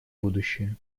будущее